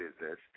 business